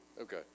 Okay